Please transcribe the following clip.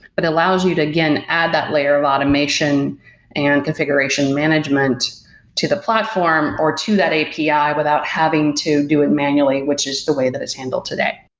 but it allows you to, again, add that layer of automation and configuration management to the platform or to that api without having to do it manually, which is the way that it's handled today.